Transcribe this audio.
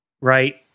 Right